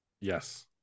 yes